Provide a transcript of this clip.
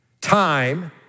time